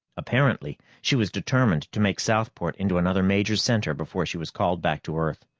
apparently, she was determined to make southport into another major center before she was called back to earth.